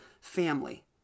family